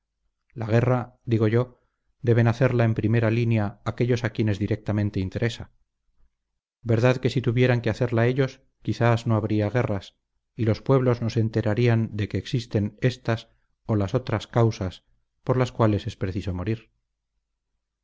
la guerra digo yo deben hacerla en primera línea aquellos a quienes directamente interesa verdad que si tuvieran que hacerla ellos quizás no habría guerras y los pueblos no se enterarían de que existen estas o las otras causas por las cuales es preciso morir